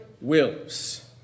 wills